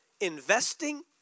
investing